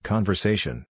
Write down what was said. Conversation